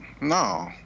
no